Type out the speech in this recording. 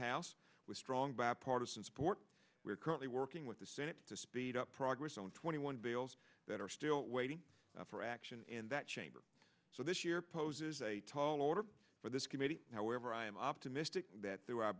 house with strong bipartisan support we are currently working with the senate to speed up progress on twenty one bills that are still waiting for action in that chamber so this year poses a tall order for this committee however i am optimistic that th